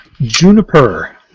Juniper